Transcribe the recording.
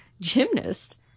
gymnast